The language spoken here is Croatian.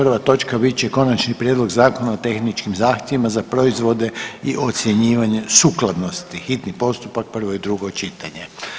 Prva točka bit će Konačni prijedlog Zakona o tehničkim zahtjevima za proizvode i ocjenjivanju sukladnosti, hitni postupak, prvo i drugo čitanje.